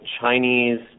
Chinese